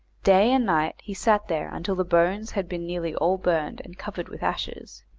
day and night he sat there until the bones had been nearly all burned and covered with ashes.